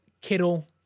Kittle